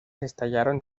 estallaron